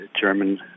German